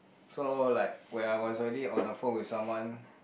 so like when I was already on the phone with someone